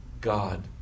God